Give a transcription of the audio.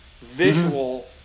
visual